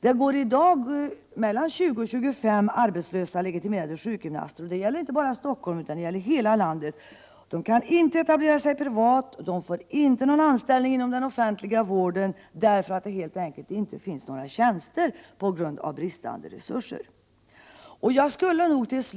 Det går för närvarande mellan 20 och 25 legitimerade sjukgymnaster arbetslösa, inte bara i Stockholm utan i hela landet. De kan inte etablera sig privat och får inte någon anställning inom den offentliga vården, eftersom det på grund av brist på resurser inte finns några tjänster.